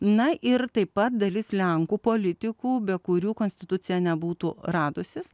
na ir taip pat dalis lenkų politikų be kurių konstitucija nebūtų radusis